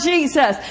Jesus